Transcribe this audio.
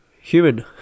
human